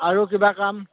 আৰু কিবা কাম